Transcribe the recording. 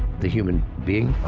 the human being.